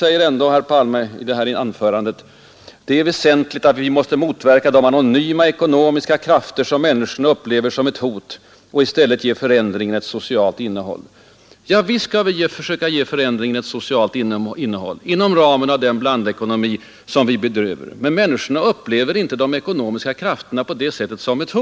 Ändå upprepar herr Palme i sitt anförande att det är väsentligt att motverka de anonyma ekonomiska krafter som människorna upplever som ett hot och att i skall vi försöka ge förändringen ett socialt innehåll inom ramen för den blandekonomi som vi behöver. Men människorna upplever inte de ekonomiska krafterna på detta sätt som ett hot.